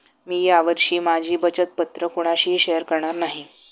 मी या वर्षी माझी बचत पत्र कोणाशीही शेअर करणार नाही